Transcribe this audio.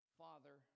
father